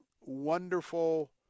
wonderful